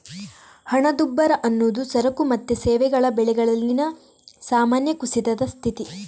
ಹಣದುಬ್ಬರ ಅನ್ನುದು ಸರಕು ಮತ್ತು ಸೇವೆಗಳ ಬೆಲೆಗಳಲ್ಲಿನ ಸಾಮಾನ್ಯ ಕುಸಿತದ ಸ್ಥಿತಿ